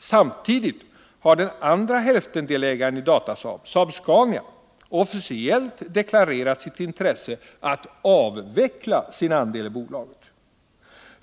Samtidigt har den andra hälftendelägaren i Datasaab, Saab-Scania, officiellt deklarerat sitt intresse av att avveckla sin andel i bolaget.